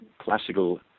classical